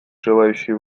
желающие